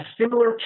similar